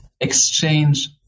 exchange